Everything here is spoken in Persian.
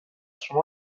شما